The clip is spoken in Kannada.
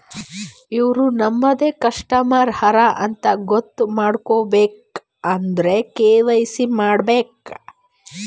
ಇವ್ರು ನಮ್ದೆ ಕಸ್ಟಮರ್ ಹರಾ ಅಂತ್ ಗೊತ್ತ ಮಾಡ್ಕೋಬೇಕ್ ಅಂದುರ್ ಕೆ.ವೈ.ಸಿ ಮಾಡ್ಕೋಬೇಕ್